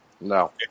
no